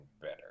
better